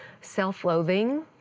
self-loathing